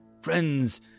friends